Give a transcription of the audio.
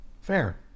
fair